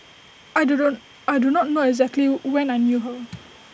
I do don't I do not know exactly when I knew her